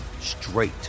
straight